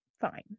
fine